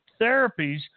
therapies